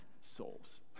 souls